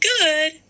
good